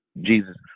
Jesus